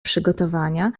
przygotowania